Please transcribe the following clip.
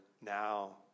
now